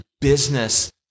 business